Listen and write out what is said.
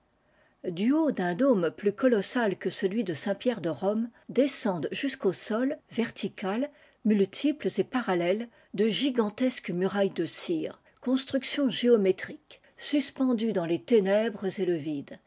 du haut d'un dôme plus colossal que celui de saint-pierre de rome descendent jusqu'au sol verticales multiples et parallèles de gigantesques murailles de cire constructions géométriques suspendues dans les ténèbres et le vide